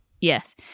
Yes